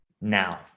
now